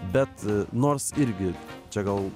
bet nors irgi čia gal